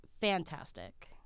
fantastic